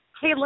hey